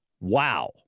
Wow